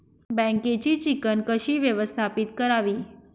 बँकेची चिकण कशी व्यवस्थापित करावी?